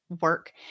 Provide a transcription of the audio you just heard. work